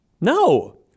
No